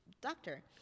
doctor